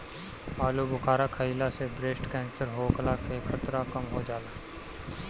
आलूबुखारा खइला से ब्रेस्ट केंसर होखला के खतरा कम हो जाला